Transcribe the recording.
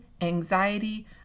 anxiety